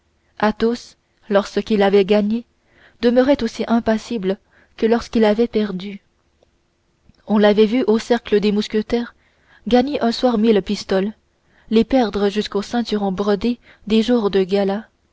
chance athos lorsqu'il avait gagné demeurait aussi impassible que lorsqu'il avait perdu on l'avait vu au cercle des mousquetaires gagner un soir trois mille pistoles les perdre jusqu'au ceinturon brodé d'or des jours de gala